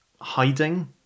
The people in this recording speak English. hiding